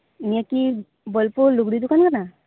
ᱱᱤᱭᱟᱹᱠᱤ ᱵᱳᱞᱯᱩᱨ ᱞᱤᱜᱽᱲᱤ ᱫᱚᱠᱟᱱ ᱠᱟᱱᱟ